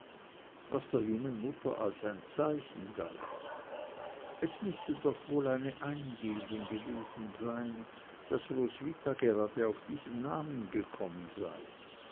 was der jungen mutter als ein zeichen galt es müsse doch wohl eine eingebung gewesen sein daß roswitha gerade auf diesen namen gekommen sei